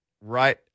right